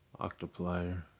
Octoplier